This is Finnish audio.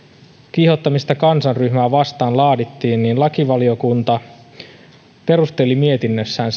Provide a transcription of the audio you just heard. kiihottamisesta kansanryhmää vastaan laadittiin lakivaliokunta perusteli mietinnössään